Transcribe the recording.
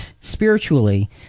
spiritually